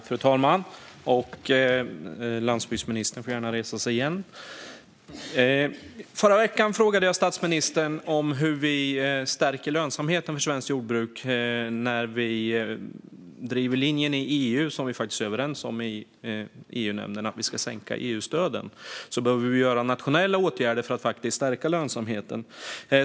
Fru talman! Landsbygdsministern får gärna ställa sig i talarstolen igen. Förra veckan frågade jag statsministern hur vi stärker lönsamheten för svenskt jordbruk. När vi i EU driver den linje som vi faktiskt är överens om i EU-nämnden, nämligen att vi ska sänka EU-stöden, behöver vi vidta nationella åtgärder för att stärka lönsamheten.